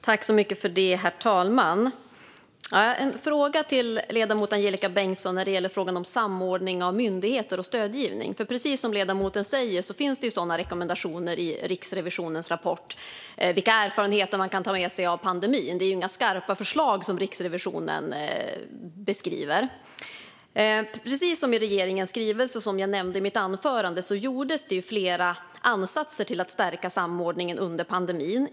Herr talman! Jag har en fråga till ledamoten Angelika Bengtsson när det gäller samordning av myndigheter och stödgivning. Precis som ledamoten säger finns det sådana rekommendationer i Riksrevisionens rapport, till exempel vilka erfarenheter man kan ta med sig av pandemin. Men Riksrevisionen ger inte några skarpa förslag. Precis som framgår av regeringens skrivelse, som jag nämnde i mitt anförande, gjordes det flera ansatser till att stärka samordningen under pandemin.